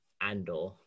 Andor